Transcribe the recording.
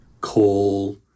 Coal